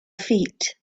feet